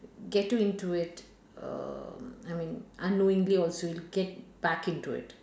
get too into it err I mean unknowingly also you get back into it